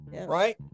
right